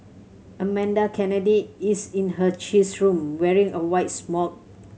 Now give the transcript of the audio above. Amanda Kennedy is in her cheese room wearing a white smock